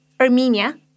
Armenia